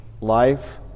life